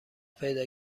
پیدا